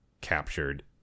captured